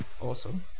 awesome